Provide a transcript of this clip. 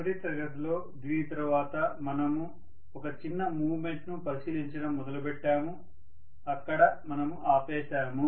చివరి తరగతిలో దీని తరువాత మనము ఒక చిన్న మూమెంట్ ను పరిశీలించటం మొదలుపెట్టాము అక్కడ మనము ఆపేసాము